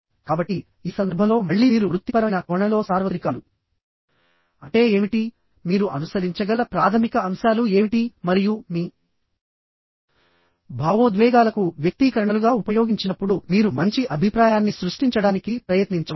కాబట్టి ఈ సందర్భంలో మళ్ళీ మీరు వృత్తిపరమైన కోణంలో సార్వత్రికాలు అంటే ఏమిటి మీరు అనుసరించగల ప్రాథమిక అంశాలు ఏమిటి మరియు మీ భావోద్వేగాలకు వ్యక్తీకరణలుగా ఉపయోగించినప్పుడు మీరు మంచి అభిప్రాయాన్ని సృష్టించడానికి ప్రయత్నించవచ్చు